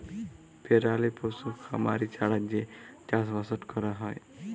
পেরালি পশু খামারি ছাড়া যে চাষবাসট ক্যরা হ্যয়